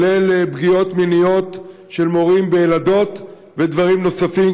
כולל פגיעות מיניות של מורים בילדות ודברים נוספים,